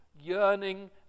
yearning